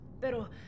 pero